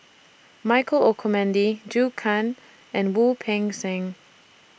Michael Olcomendy Zhou Can and Wu Peng Seng